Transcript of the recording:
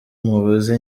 mubaze